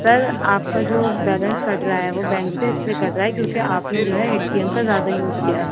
سر آپ کا جو بیلنس کٹ رہا ہے وہ بینک سے اس لیے کٹ رہا ہے کیوںکہ آپ نے جو ہے اے ٹی ایم کا زیادہ سے یوز کیا ہے